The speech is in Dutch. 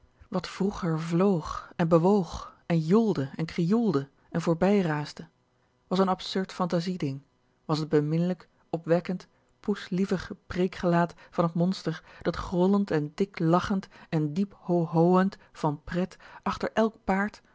wat vroeger vloog en bewoog en joelde en krioelde en voorbij raasde was n absurd fantasieding was t beminlijk opwekkend poeslievig preek gelaat van het monster dat grollend en dik lachend en diep ho ho end van pret achter elk paard